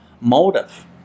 motive